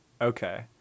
Okay